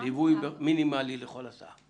ליווי מינימלי בכל הסעה.